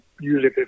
usually